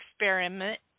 experiment